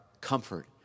comfort